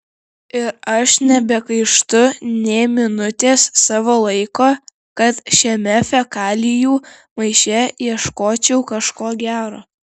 ir aš nebegaištu nė minutės savo laiko kad šiame fekalijų maiše ieškočiau kažko gero